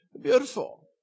Beautiful